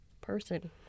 person